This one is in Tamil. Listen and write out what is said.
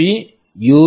B USB U